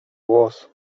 glos